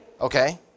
Okay